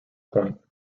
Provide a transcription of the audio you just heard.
point